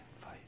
fight